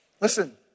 Listen